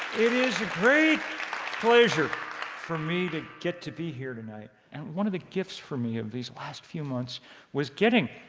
it is a great pleasure for me to get to be here tonight and one of the gifts for me of these last few months was getting,